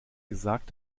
gesagt